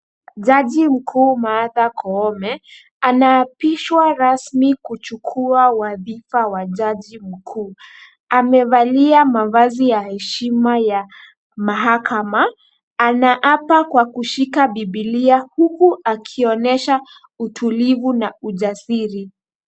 Jaji mkuu Martha Koome anaapishwa rasmi kuchukua wadhifa wa jaji mkuu. Amevalia mavazi ya heshima ya mahakama. Anaapa kwa kushikilia bibilia huKu akionyesha utulivu na ujasiri.